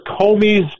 Comey's